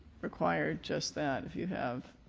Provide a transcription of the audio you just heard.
require just that. if you have,